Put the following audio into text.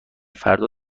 فردا